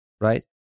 Right